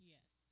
Yes